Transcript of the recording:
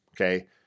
Okay